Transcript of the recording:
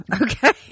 Okay